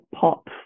pop